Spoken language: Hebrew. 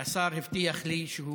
והשר הבטיח לי שהוא